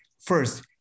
first